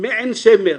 מעין שמר,